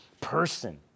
person